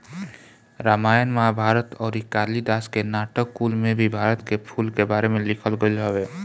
रामायण महाभारत अउरी कालिदास के नाटक कुल में भी भारत के फूल के बारे में लिखल गईल हवे